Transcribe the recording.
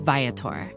Viator